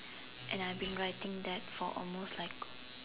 and I've been writing that for almost like